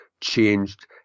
changed